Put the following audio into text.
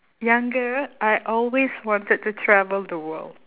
younger I always wanted to travel the world